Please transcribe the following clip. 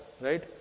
right